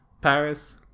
Paris